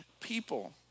people